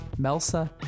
Melsa